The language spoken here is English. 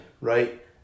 right